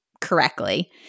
correctly